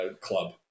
club